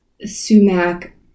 sumac